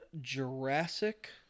jurassic